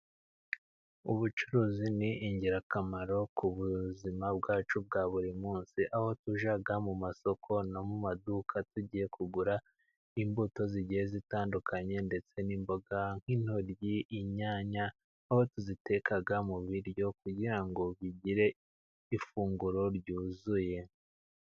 Ubucuruzi ni ingirakamaro ku buzima bwacu bwa buri munsi, aho tujya mu masoko no mu maduka tugiye kugura imbuto zigiye zitandukanye, ndetse n'imboga nk'intoryi, inyanya, aho tuziteka mu biryo kugira ngo bigire ifunguro ryuzuye.